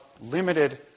limited